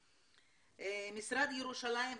משרד ירושלים ומורשת,